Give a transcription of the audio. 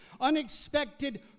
unexpected